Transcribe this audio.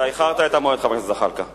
אתה איחרת את המועד, חבר הכנסת זחאלקה.